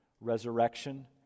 resurrection